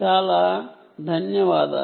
చాలా ధన్యవాదాలు